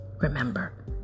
Remember